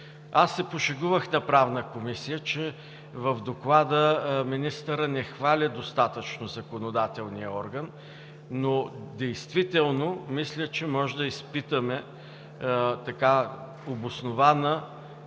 Аз се пошегувах в Правната комисия, че в Доклада министърът не хвали достатъчно законодателния орган, но действително мисля, че можем да изпитаме обоснована